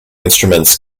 instruments